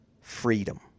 freedom